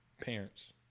Parents